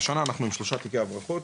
השנה אנחנו עם 3 תיקי הברחות.